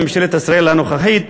ואת ממשלת ישראל הנוכחית,